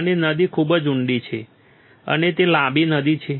અને નદી ખૂબ જ ઉંડી છે અને તે લાંબી નદી છે